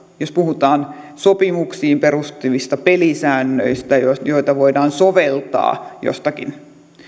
jos puhutaan sopimuksiin perustuvista pelisäännöistä joita voidaan soveltaa jostakin